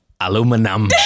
Aluminum